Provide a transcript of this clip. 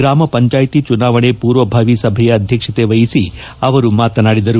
ಗ್ರಾಮ ಪಂಚಾಯಿತಿ ಚುನಾವಣೆ ಪೂರ್ವಭಾವಿ ಸಭೆಯ ಅಧ್ಯಕ್ಷತೆ ವಹಿಸಿ ಅವರು ಮಾತನಾಡಿದರು